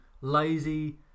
lazy